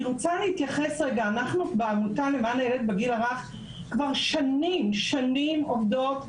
אנחנו בעמותה למען הילד בגיל הרך כבר שנים עובדות,